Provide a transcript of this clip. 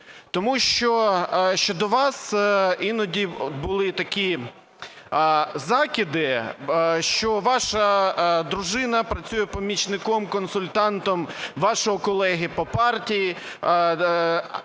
Тому що щодо вас іноді були такі закиди, що ваша дружина працює помічником-консультантом вашого колеги по партії,